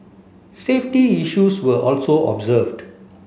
safety issues were also observed